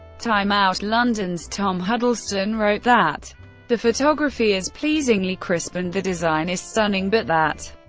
time out londons tom huddleston wrote that the photography is pleasingly crisp and the design is stunning, but that,